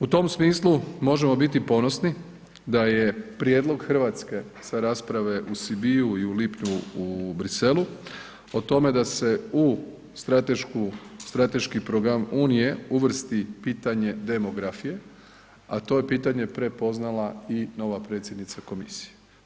U tom smislu možemo biti ponosni da je prijedlog Hrvatske sa rasprave u Sibiuu i u lipnju u Bruxellesu o tome da se u stratešku, strateški program unije uvrsti i pitanje demografije, a to je pitanje prepoznala i nova predsjednica komisije.